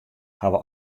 hawwe